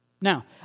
Now